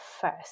first